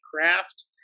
craft